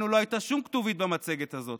לנו לא הייתה שום כתובית במצגת הזאת.